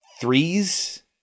three's